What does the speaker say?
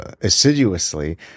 assiduously